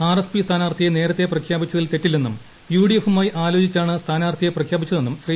R S P സ്ഥാനാർത്ഥിയെ നേരത്തെ പ്രഖ്യാപിച്ചതിൽ തെറ്റില്ലെന്നും യു ഡി എഫുമായി ആലോചിച്ചാണ് സ്ഥാന്റാർത്ഥിയെ പ്രഖ്യാപിച്ചതെന്നും ശ്രി